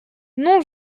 non